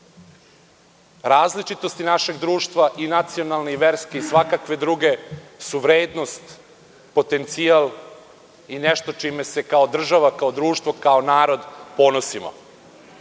različitosti našeg društva i nacionalne, i verske, i svakakve druge su vrednost, potencijal i nešto čime se kao država, kao društvo, kao narod ponosimo. Ne